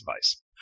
advice